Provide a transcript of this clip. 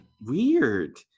Weird